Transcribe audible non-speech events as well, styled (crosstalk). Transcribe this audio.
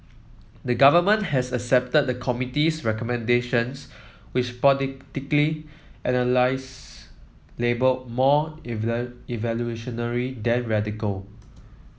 the government has accepted the committee's recommendations which (unintelligible) analyse labelled more (unintelligible) evolutionary than radical